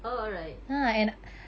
oh alright